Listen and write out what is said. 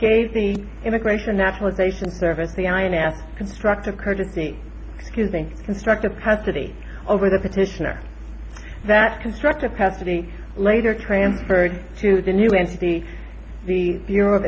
gave the immigration naturalization service the ins constructive courtesy excusing constructive custody over the petitioner that's constructive custody later transferred to the new entity the bureau of